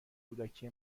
کودکی